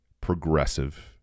progressive